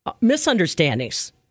misunderstandings